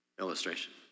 illustration